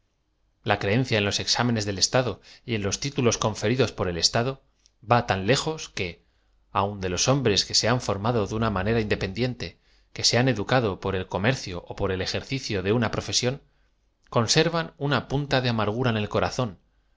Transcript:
a creencia en los exámenes del estado y en los titules conferidos por el estado v a tan lejos que aun de los hombres que se han formado de una manera in dependiente que se han educado por el comercio ó por el ejercicio de una profesión conservan una pun ta de amargura en el corazón